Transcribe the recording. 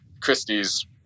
Christie's